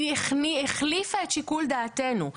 היא החליפה את שיקול דעתנו.